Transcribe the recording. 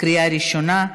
בקריאה ראשונה.